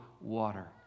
water